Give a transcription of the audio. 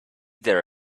there